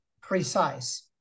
precise